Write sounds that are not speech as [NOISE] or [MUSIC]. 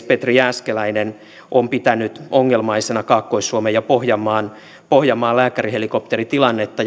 [UNINTELLIGIBLE] petri jääskeläinen on pitänyt ongelmaisena kaakkois suomen ja pohjanmaan pohjanmaan lääkärihelikopteritilannetta [UNINTELLIGIBLE]